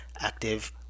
active